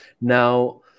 Now